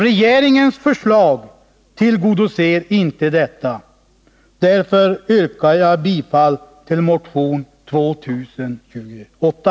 Regeringens förslag tillgodoser inte detta, och därför yrkar jag bifall till motion 2028.